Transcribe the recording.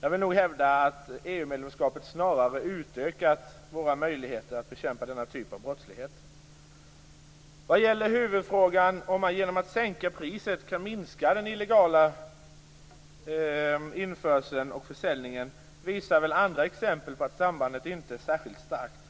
Jag vill nog hävda att EU-medlemskapet snarare utökat våra möjligheter att bekämpa denna typ av brottslighet. Vad gäller huvudfrågan om man genom att sänka priset kan minska den illegala införseln och försäljningen visar väl andra exempel att det sambandet inte är särskilt starkt.